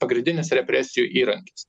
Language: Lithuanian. pagrindinis represijų įrankis